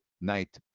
night